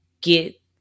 get